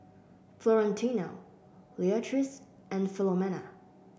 Florentino Leatrice and Philomena